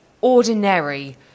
ordinary